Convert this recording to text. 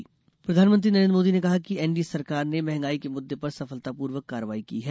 प्रधानमंत्री प्रधानमंत्री नरेन्द्र मोदी ने कहा है कि एनडीए सरकार ने महंगाई के मुद्दे पर सफलतापूर्वक कार्रवाई की है